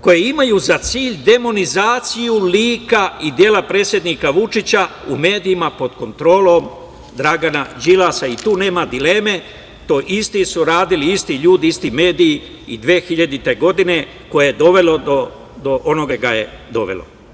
koje imaju za cilj demonizaciju lika i dela predsednika Vučića u medijima pod kontrolom Dragana Đilasa i tu nema dileme, to isti su radili, isti ljudi, isti mediji i 2000. godine, kada je dovelo do onoga do čega je dovelo.